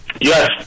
Yes